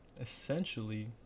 essentially